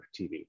tv